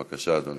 בבקשה, אדוני.